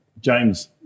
James